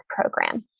program